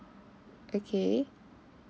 okay